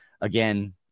Again